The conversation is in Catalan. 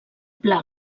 pla